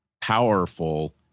powerful